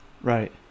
Right